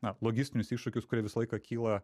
na logistinius iššūkius kurie visą laiką kyla